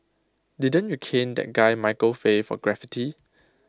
didn't you cane that guy Michael Fay for graffiti